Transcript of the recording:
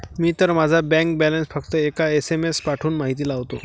मी तर माझा bank balance फक्त एक एस.एम.एस पाठवून माहिती लावतो